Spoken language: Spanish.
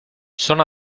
son